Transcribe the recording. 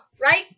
right